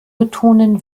betonen